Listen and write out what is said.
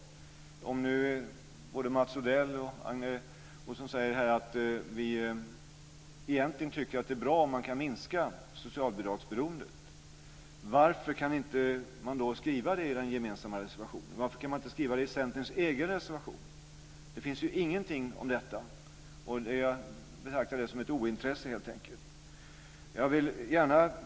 Om nu både Mats Odell och Agne Hansson här säger att de egentligen tycker att det är bra om man kan minska socialbidragsberoendet, varför kan man då inte skriva det i den gemensamma reservationen? Varför kan man inte skriva det i Centerns egen reservation? Det finns ju ingenting om detta. Jag betraktar det helt enkelt som ett ointresse.